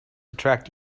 attract